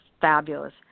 fabulous